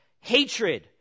Hatred